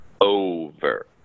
over